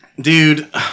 Dude